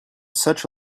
such